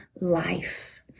life